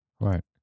Right